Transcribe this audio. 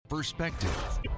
perspective